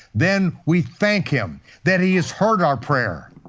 then we thank him that he has heard our prayer,